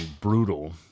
brutal